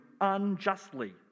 unjustly